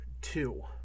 two